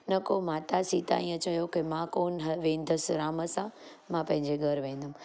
न को माता सीता ईअं चयो के मां कोन्ह ह वेंदसि राम सां मां पंहिंजे घर वेंदमि